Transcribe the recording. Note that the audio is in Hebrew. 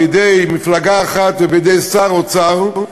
בידי מפלגה אחת ובידי שר האוצר,